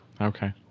Okay